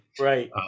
Right